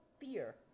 Fear